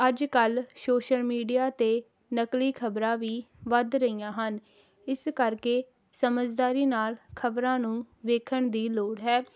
ਅੱਜ ਕੱਲ social media 'ਤੇ ਨਕਲੀ ਖ਼ਬਰਾਂ ਵੀ ਵੱਧ ਰਹੀਆਂ ਹਨ ਇਸ ਕਰਕੇ ਸਮਝਦਾਰੀ ਨਾਲ ਖ਼ਬਰਾਂ ਨੂੰ ਵੇਖਣ ਦੀ ਲੋੜ ਹੈ